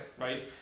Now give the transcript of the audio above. right